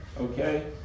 okay